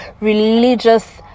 religious